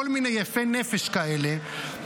כל מיני יפי נפש כאלה,